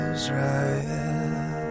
Israel